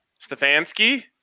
Stefanski